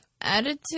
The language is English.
attitude